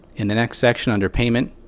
in the next section under payment,